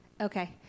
Okay